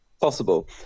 possible